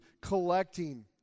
collecting